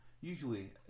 Usually